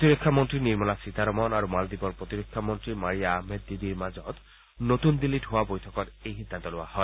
প্ৰতিৰক্ষা মন্ত্ৰী নিৰ্মলা সীতাৰমন আৰু মালদ্বীপৰ প্ৰতিৰক্ষা মন্ত্ৰী মাৰিয়া আহমেদ দিদিৰ মাজত নতুন দিল্লীত হোৱা বৈঠকত এই সিদ্ধান্ত লোৱা হয়